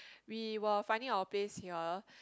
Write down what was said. we were finding our place here